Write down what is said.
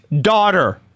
daughter